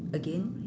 again